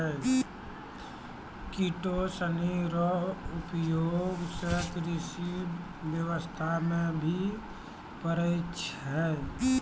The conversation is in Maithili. किटो सनी रो उपयोग से कृषि व्यबस्था मे भी पड़ै छै